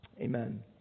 Amen